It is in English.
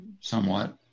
somewhat